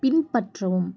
பின்பற்றவும்